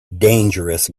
dangerous